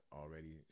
already